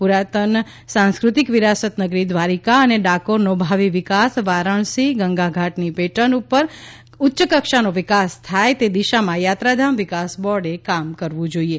પુરાતન સાંસ્કૃતિક વિરાસત નગરી દ્વારિકા અને ડાકોરનો ભાવિ વિકાસ વારાણસી ગંગાઘાટની પેટ્રન પર ઉચ્ચકક્ષાનો વિકાસ થાય તે દિશામાં યાત્રાધામ વિકાસ બોર્ડે કામ કરવું જોઈએ